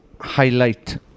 highlight